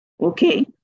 okay